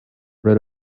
rid